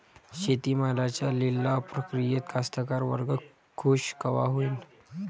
शेती मालाच्या लिलाव प्रक्रियेत कास्तकार वर्ग खूष कवा होईन?